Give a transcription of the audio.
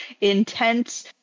intense